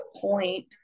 point